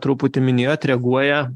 truputį minėjot reaguoja